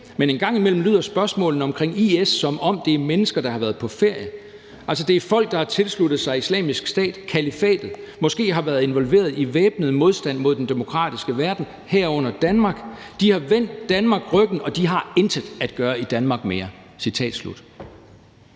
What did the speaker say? men en gang imellem lyder spørgsmålene om IS, som om det er mennesker, der har været på ferie. Altså det er folk, der har tilsluttet sig Islamisk Stat, kalifatet, måske har været involveret i væbnet modstand mod den demokratiske verden, herunder Danmark, de har vendt Danmark ryggen, og de har intet at gøre i Danmark mere. Citat slut.